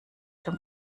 dem